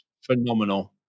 phenomenal